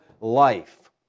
life